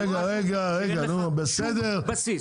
עזוב את זה,